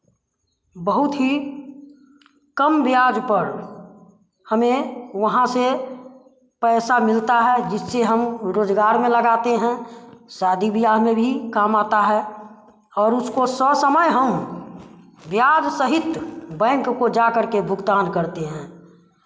बहुत ही कम ब्याज पर हमे वहाँ से पैसा मिलता है जिससे हम रोज़गार में लगाते हैं शादी विआह में भी काम आता है और उसके सौ समय हम ब्याज सहित बैंक को जाकर के भुगतान करते हैं